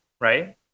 right